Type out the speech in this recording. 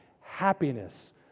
happiness